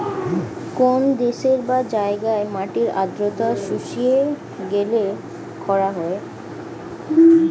কোন দেশের বা জায়গার মাটির আর্দ্রতা শুষিয়ে গেলে খরা হয়